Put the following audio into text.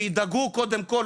שידאגו קודם כל,